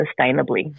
sustainably